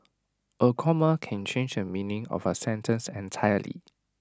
A comma can change the meaning of A sentence entirely